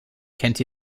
kennt